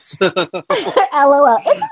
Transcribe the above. LOL